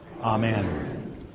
Amen